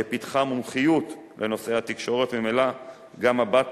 שפיתחה מומחיות לנושאי התקשורת וממילא גם מבט